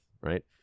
right